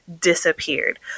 disappeared